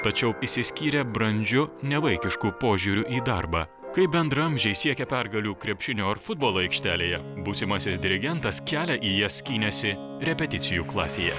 tačiau išsiskyrė brandžiu nevaikišku požiūriu į darbą kai bendraamžiai siekė pergalių krepšinio ar futbolo aikštelėje būsimasis dirigentas kelią į ją skynėsi repeticijų klasėje